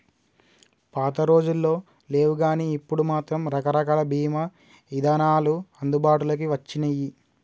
పాతరోజుల్లో లేవుగానీ ఇప్పుడు మాత్రం రకరకాల బీమా ఇదానాలు అందుబాటులోకి వచ్చినియ్యి